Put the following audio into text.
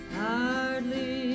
hardly